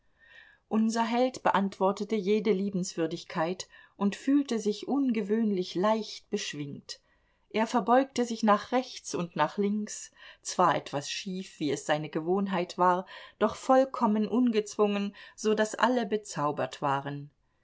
unser held beantwortete jede liebenswürdigkeit und fühlte sich ungewöhnlich leicht beschwingt er verbeugte sich nach rechts und nach links zwar etwas schief wie es seine gewohnheit war doch vollkommen ungezwungen so daß alle bezaubert waren